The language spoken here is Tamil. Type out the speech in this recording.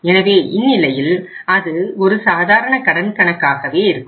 எனவே இந்நிலையில் அது ஒரு சாதாரண கடன் கணக்காகவே இருக்கும்